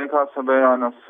jokios abejonės